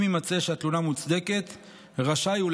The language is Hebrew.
אם יימצא שהתלונה מוצדקת רשאי הוא,